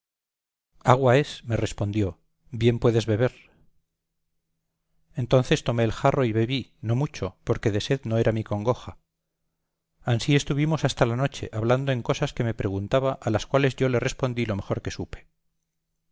agua es me respondió bien puedes beber entonces tomé el jarro y bebí no mucho porque de sed no era mi congoja ansí estuvimos hasta la noche hablando en cosas que me preguntaba a las cuales yo le respondí lo mejor que supe